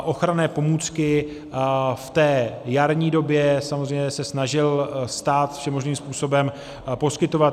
Ochranné pomůcky v té jarní době samozřejmě se snažil stát všemožným způsobem poskytovat.